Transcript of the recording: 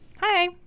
Hi